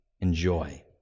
enjoy